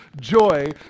joy